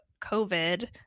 COVID